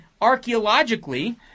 archaeologically